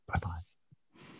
Bye-bye